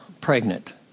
pregnant